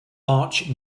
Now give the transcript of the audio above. arch